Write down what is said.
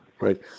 Right